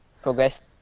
progress